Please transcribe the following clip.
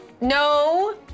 No